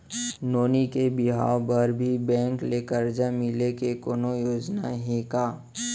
नोनी के बिहाव बर भी बैंक ले करजा मिले के कोनो योजना हे का?